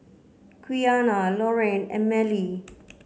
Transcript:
Quiana Lorraine and Mellie